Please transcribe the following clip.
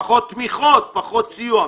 פחות תמיכות, פחות סיוע.